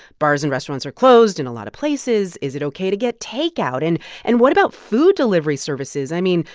bars and restaurants are closed in a lot of places. is it ok to get takeout? and and what about food delivery services? i mean,